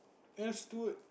let's do it